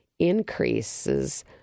Increases